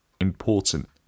important